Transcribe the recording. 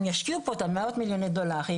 הם ישקיעו פה את מאות מיליוני הדולרים